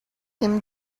him